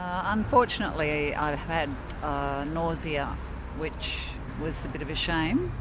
um unfortunately i've had nausea which was a bit of a shame,